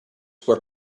were